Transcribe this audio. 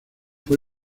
fue